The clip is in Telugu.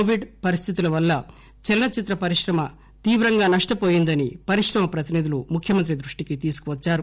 కోవిడ్ పరిస్థితుల వల్ల చలన చిత్ర పరిశ్రమ తీవ్రంగా నష్టపోయిందని పరిశ్రమ ప్రతినిధులు ముఖ్యమత్రి దృష్టికి తీసుకువచ్చారు